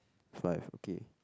five okay